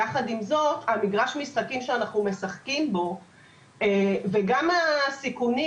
יחד עם זאת מגרש המשחקים שאנחנו משחקים בו וגם הסיכונים,